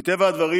מטבע הדברים,